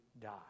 die